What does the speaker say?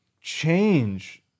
change